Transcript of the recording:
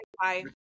Bye